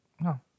No